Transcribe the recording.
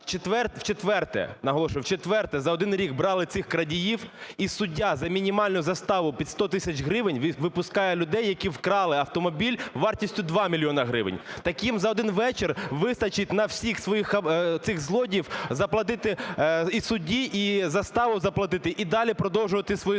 – вчетверте за один рік брали цих крадіїв і суддя за мінімальну заставу під 100 тисяч гривень випускає людей, які вкрали автомобіль вартістю 2 мільйони гривень. Так їм за один вечір вистачить на всіх цих злодіїв заплатити і судді і заставу заплатити, і далі продовжувати свої злочини.